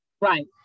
Right